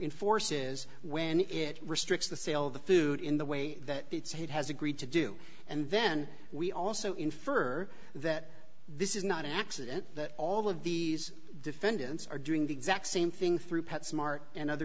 enforce is when it restricts the sale of the food in the way that it's had has agreed to do and then we also infer that this is not an accident that all of these defendants are doing the exact same thing through pet smart and other